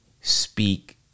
speak